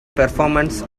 performance